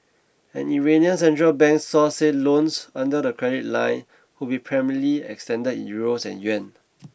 an Iranian central bank source said loans under the credit line would be primarily extended in Euros and yuan